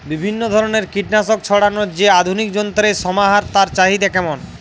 বিভিন্ন ধরনের কীটনাশক ছড়ানোর যে আধুনিক যন্ত্রের সমাহার তার চাহিদা কেমন?